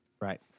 Right